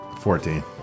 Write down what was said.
Fourteen